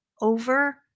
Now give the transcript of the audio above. over